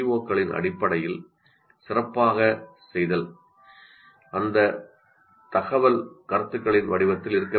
க்களின் அடிப்படையில் சிறப்பாகச் செய்தால் அந்த தகவல் கருத்துகளின் வடிவத்தில் இருக்க வேண்டும்